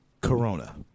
Corona